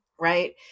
right